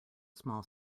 small